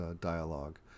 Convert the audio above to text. dialogue